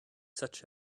such